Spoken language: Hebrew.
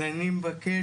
אז אני מבקש,